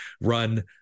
run